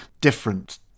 different